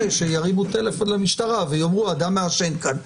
שירימו טלפון למשטרה ויאמרו: אדם מעשן כאן.